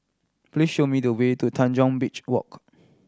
please show me the way to Tanjong Beach Walk